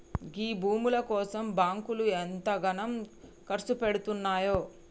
గీ భూముల కోసం బాంకులు ఎంతగనం కర్సుపెడ్తున్నయో